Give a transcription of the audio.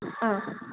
ആ